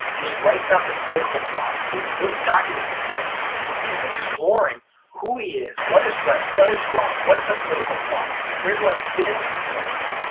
and he writes out this political philosophy. and those documents exist. you so you see him exploring who he is, what is right, what is wrong, what is the political philosophy, where do i fit into this whole thing?